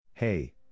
Hey